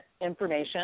information